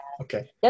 Okay